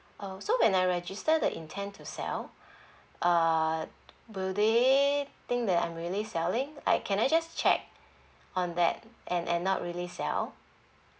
um so when I register the intent to sell uh will they think that I'm really selling I can I just check on that and and not really sell